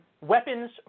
weapons